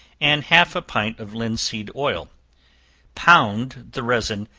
and half a pint of linseed oil pound the resin,